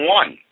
one